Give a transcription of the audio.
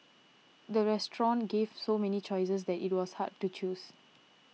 the restaurant gave so many choices that it was hard to choose